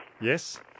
Yes